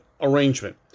arrangement